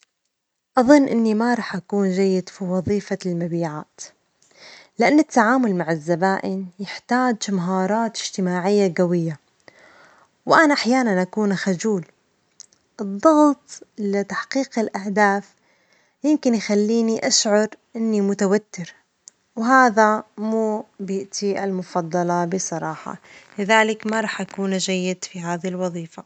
أظن إني ما راح أكون جيد في وظيفة المبيعات، لأن التعامل مع الزبائن يحتاج مهارات إجتماعية قوية، وأنا أحيانًا أكون خجول ، الضغط لتحقيق الأهداف يمكن يخليني أشعر إني متوتر، وهذا مو بيئتي المفضلة بصراحة، لذلك ما راح أكون جيد في هذه الوظيفة.